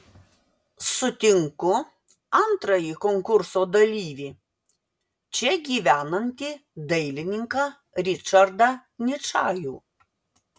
sutinku antrąjį konkurso dalyvį čia gyvenantį dailininką ričardą ničajų